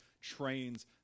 trains